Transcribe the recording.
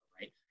right